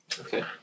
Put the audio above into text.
Okay